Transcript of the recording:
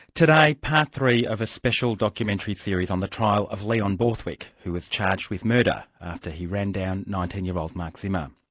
today, part three of a special documentary series on the trial of leon borthwick, who was charged with murder after he ran down nineteen year old, mark um